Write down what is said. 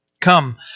Come